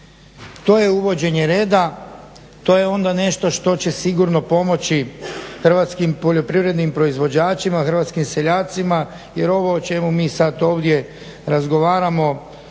To je uvođenje reda. To je onda nešto što će sigurno pomoći hrvatskim poljoprivrednim proizvođačima, hrvatskim seljacima jer ovo o čemu mi sad ovdje razgovaramo